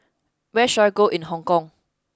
where should I go in Hong Kong